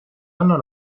anna